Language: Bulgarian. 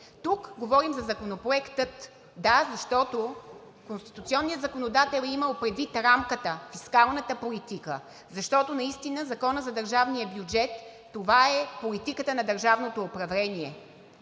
Тук говорим за „Законопроектът“ – да, защото конституционният законодател е имал предвид рамката, фискалната политика, защото наистина Законът за държавния бюджет това е политиката на държавното управление.